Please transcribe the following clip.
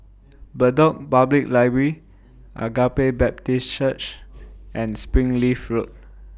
Bedok Public Library Agape Baptist Church and Springleaf Road